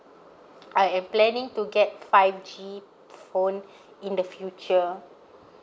I am planning to get five G phone in the future